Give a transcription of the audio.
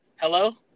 hello